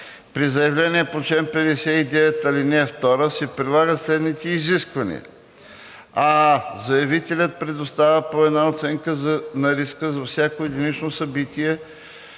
при заявления по чл. 59, ал. 2 се прилагат следните изисквания: аа) заявителят предоставя по една оценка на риска за всяко единично събитие